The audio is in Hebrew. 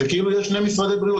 זה כאילו יש שני משרדי בריאות,